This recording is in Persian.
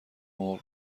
مرغ